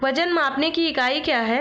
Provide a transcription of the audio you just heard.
वजन मापने की इकाई क्या है?